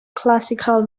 classical